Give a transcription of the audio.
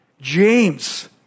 James